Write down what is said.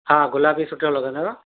हा गुलाबी सुठो लॻंदव